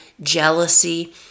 jealousy